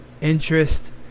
interest